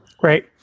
Great